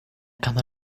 cama